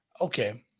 okay